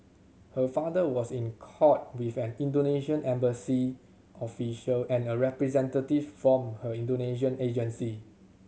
her father was in court with an Indonesian embassy official and a representative from her Indonesian agency